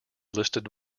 listed